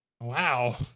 Wow